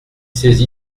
saisi